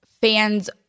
fans